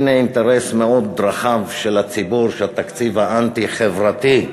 הנה אינטרס מאוד רחב של הציבור שהתקציב האנטי-חברתי,